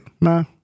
No